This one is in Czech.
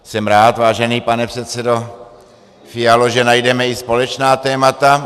Jsem rád, vážený pane předsedo Fialo, že najdeme i společná témata.